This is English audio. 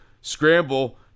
scramble